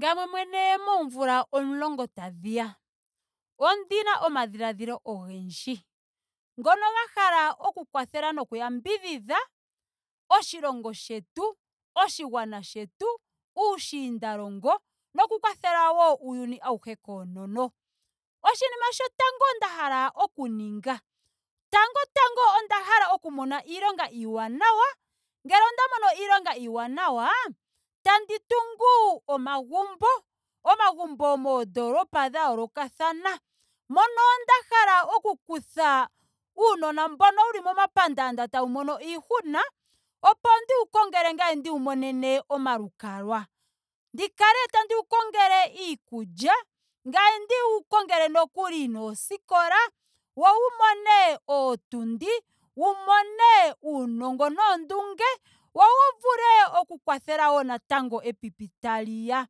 Ngame mwene moomvula 10 tadhiya ondina omadhiladhilo ogendji ngono ga hala oku kwatha noku yambidhidha oshilongo shetu. oshigwana shetu. uushiinda wetu. uushiindalongo noku kwathela wo uuyuni auhe konoono oshinima shotango nda hala oku ninga. tango tango onda hala oku mona iilonga iiwanawa. ngele onda mono iilonga iiwaawa. tandi tungu omagumbo. omagumbo mondoolopa dha yoolokathana moka nda hala oku kutha uunona mbono uli momapandanda tau mono iihuna opo ndiwu kongele ngaye ndiwu monene omalukalwa. Ndi kale tandi wu kongele iikulya ngame ndi wu kongele nokuli nooskola wo wu mone ootundi. wu mone uunongo noonduunge wo wu vule natango oku kwathela epipi taliya.